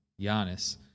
Giannis